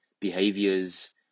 behaviors